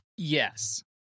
Yes